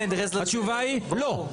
התשובה היא לא.